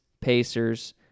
Pacers